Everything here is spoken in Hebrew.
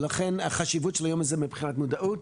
לכן החשיבות של היום הזה מבחינת מודעות,